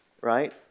right